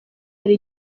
hari